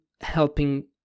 helping